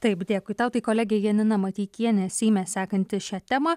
taip dekui tau tai kolegė janina mateikienė seime sekanti šią temą